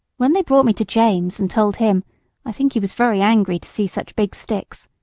when they brought me to james and told him i think he was very angry to see such big sticks.